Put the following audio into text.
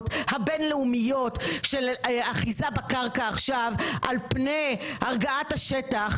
הבינלאומיות של אחיזה בקרקע עכשיו על פני הרגעת השטח,